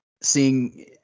seeing